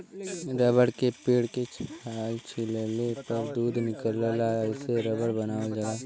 rubber के पेड़ के छाल छीलले पर दूध निकलला एसे रबर बनावल जाला